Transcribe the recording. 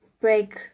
break